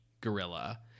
gorilla